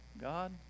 God